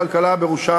לקרות.